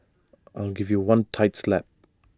I'll give you one tight slap